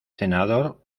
senador